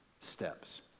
steps